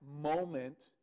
moment